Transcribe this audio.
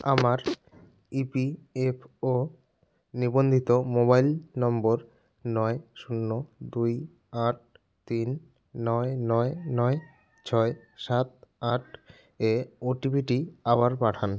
আমার ইপিএফও নিবন্ধিত mobile number নয় শূন্য দুই আট তিন নয় নয় নয় ছয় সাত আট এ ওটিপি টি আবার পাঠান